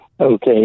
Okay